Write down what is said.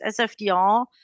SFDR